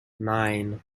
nine